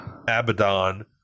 Abaddon